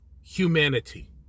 humanity